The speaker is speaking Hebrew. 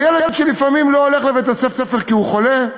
או ילד שלפעמים לא הולך לבית-ספר כי הוא חולה,